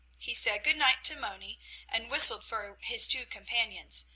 he said good-night to moni and whistled for his two companions,